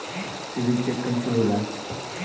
CIBIL check कइसे होला?